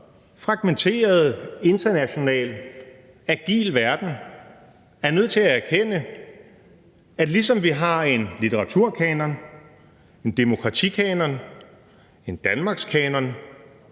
fragmenteret international agil verden, er nødt til at erkende, at ligesom vi har en litteraturkanon, en demokratikanon, en danmarkskanon,